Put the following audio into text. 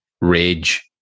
rage